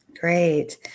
Great